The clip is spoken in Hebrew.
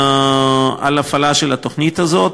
על ההפעלה של התוכנית הזאת.